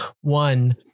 one